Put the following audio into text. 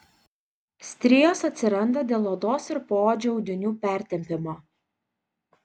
strijos atsiranda dėl odos ir poodžio audinių pertempimo